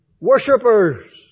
Worshippers